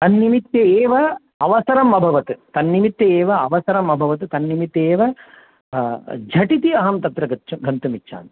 तन्निमित्ते एव अवसरमभवत् तन्निमित्ते एव अवसरमभवत् तन्निमित्ते एव झटिति अहं तत्र गच्छ् गन्तुमिच्छामि